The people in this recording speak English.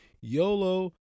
YOLO